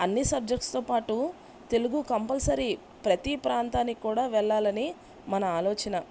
అన్ని సబ్జెక్ట్స్తో పాటు తెలుగు కంపల్సరీ ప్రతీ ప్రాంతానికి కూడా వెళ్ళాలని మన ఆలోచన